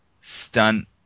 stunt